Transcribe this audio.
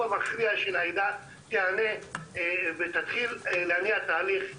המכריע של העדה ייהנה והתהליך יונע.